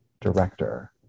director